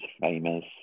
famous